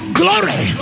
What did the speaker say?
glory